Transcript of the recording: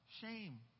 shame